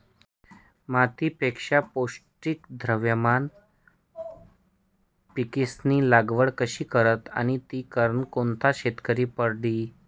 मातीपेक्षा पौष्टिक द्रावणमा पिकेस्नी लागवड कशी करतस आणि ती करनं कोणता शेतकरीले परवडी?